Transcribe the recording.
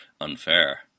unfair